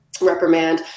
reprimand